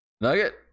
Nugget